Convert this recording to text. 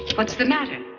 what's the matter?